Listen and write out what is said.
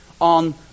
on